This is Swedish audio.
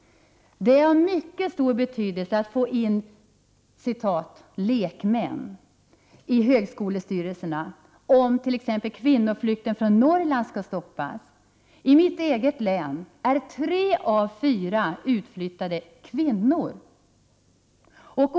Det är av mycket stor betydelse att få in ”lekmän” i högskolestyrelserna, om t.ex. kvinnoflykten från Norrland skall kunna stoppas. I mitt eget län är tre av fyra utflyttade — kvinnor.